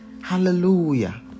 hallelujah